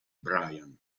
brian